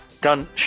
done